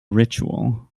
ritual